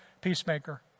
peacemaker